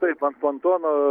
taip ant pantono